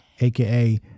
aka